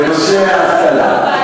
בנושא האבטלה,